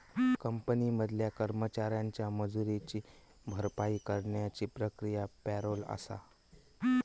company मधल्या कर्मचाऱ्यांच्या मजुरीची भरपाई करण्याची प्रक्रिया पॅरोल आसा